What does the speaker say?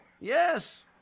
Yes